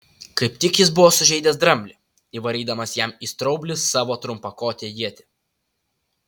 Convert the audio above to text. kaip tik jis buvo sužeidęs dramblį įvarydamas jam į straublį savo trumpakotę ietį